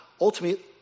ultimately